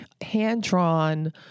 hand-drawn